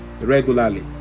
regularly